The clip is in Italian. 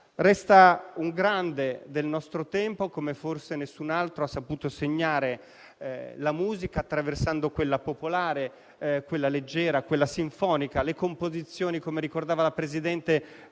Resta un grande del nostro tempo: come forse nessun altro ha saputo segnare la musica, attraversando quella popolare, quella leggera, quella sinfonica e le composizioni cinematografiche, come ricordava il Presidente.